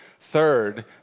Third